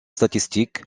statistiques